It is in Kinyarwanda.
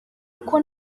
kuko